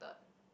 but